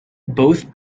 both